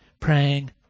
praying